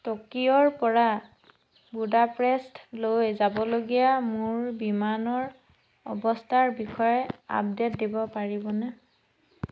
টকিঅ'ৰ পৰা বুদাপেষ্টলৈ যাবলগীয়া মোৰ বিমানৰ অৱস্থাৰ বিষয়ে আপডে'ট দিব পাৰিবনে